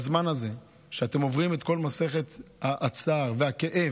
בזמן הזה שבו אתם עוברים את כל מסכת הצער והכאב,